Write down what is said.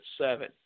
seven